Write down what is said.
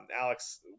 Alex